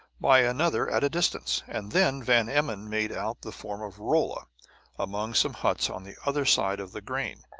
by another at a distance and then van emmon made out the form of rolla among some huts on the other side of the grain.